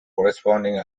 corresponding